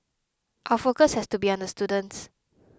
our focus has to be on the students